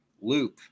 loop